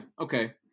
Okay